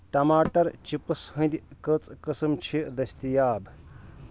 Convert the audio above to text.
ٹماٹر چِپس ہنٛدۍ کٔژ قٕسم چھِ دٔستِیاب؟